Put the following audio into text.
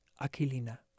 Aquilina